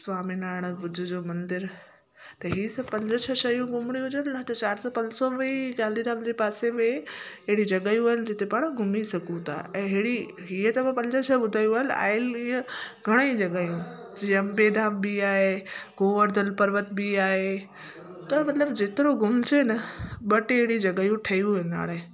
स्वामीनारायण भुज जो मंदिर त हीअ सभु पंज छह शयूं घुमणियूं हुजनि न त चारि सौ पंज सौ में ई गांधीधाम जे पासे मे अहिड़ियूं जॻहियूं आहिनि जिते पाण घुमी सघूं था ऐं अहिड़ी हीअ त मां पंज छह ॿुधायूं आहिनि आयल ईअं घणेई जॻहियूं जीअं अंबे धाम बि आहे गोवर्धन पर्वत बि आहे त मतिलब जेतिरो घुमिजे न ॿ टे अहिड़ी जॻहियूं ठहियूं आहिनि हाणे